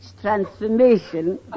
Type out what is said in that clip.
transformation